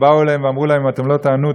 שבאו אליהם ואמרו להם: אם לא תענו,